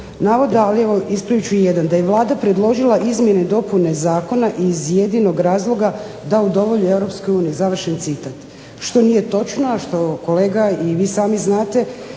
navoda ali ispravit ću jedan, da je "Vlada predložila izmjene i dopune zakona iz jedinog razloga da udovolji EU". Što nije točno, a što kolega i vi sami znate